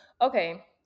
Okay